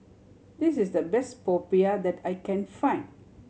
this is the best popiah that I can find